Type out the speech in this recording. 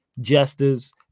Jesters